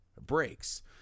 breaks